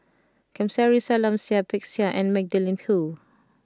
Kamsari Salam Seah Peck Seah and Magdalene Khoo